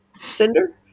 Cinder